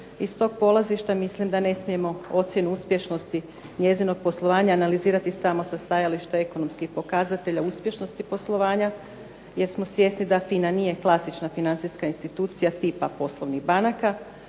Iz tog polazišta mislim da ne smijemo ocjenu uspješnosti njezinog poslovanja analizirati samo sa stajališta ekonomskih pokazatelja uspješnosti poslovanja jer smo svjesni da FINA nije klasična financijska institucija tipa poslovnih banaka